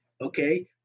Okay